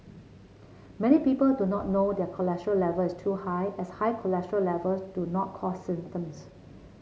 many people do not know their cholesterol level is too high as high cholesterol levels do not cause symptoms